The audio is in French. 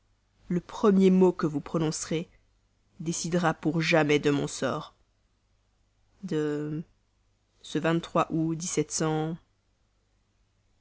le premier mot que vous prononcerez décidera pour jamais de mon sort de ce